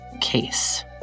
case